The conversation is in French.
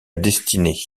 destinée